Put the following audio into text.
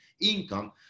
income